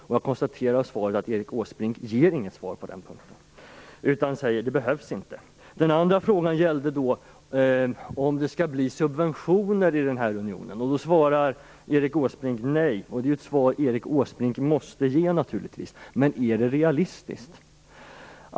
Men jag konstaterar att Erik Åsbrink inte ger något svar på den punkten utan säger att det inte behövs. Den andra frågan gällde om det skall bli subventioner i unionen. Erik Åsbrink svarade nej, och det är naturligtvis det svar som Erik Åsbrink måste ge. Men är det realistiskt?